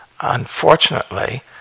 unfortunately